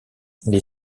les